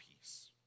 peace